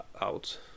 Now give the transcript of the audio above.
Out